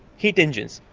heat engines,